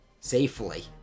Safely